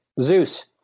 Zeus